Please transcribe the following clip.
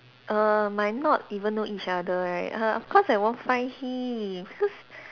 err might not even know each other right err of course I won't find him because